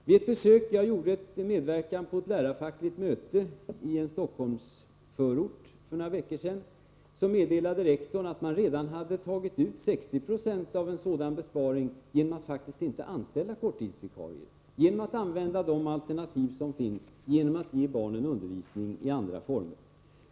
När jag för några veckor sedan medverkade vid ett lärarfackligt möte i en Stockholmsförort meddelade rektorn att man redan hade tagit ut 60 26 av en sådan besparing genom att faktiskt inte använda korttidsvikarier utan i stället utnyttja de alternativ som finns att ge eleverna undervisning i andra former.